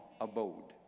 abode